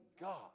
God